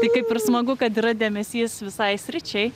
tai kaip ir smagu kad yra dėmesys visai sričiai